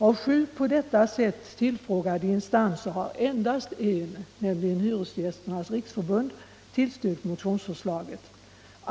Av sju på detta sätt tillfrågade instanser har endast en, nämligen Hyresgästernas riksförbund, tillstyrkt motionsförslaget.